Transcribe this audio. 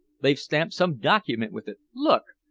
they've stamped some document with it. look!